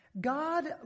God